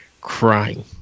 crying